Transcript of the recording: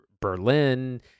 Berlin